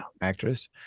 actress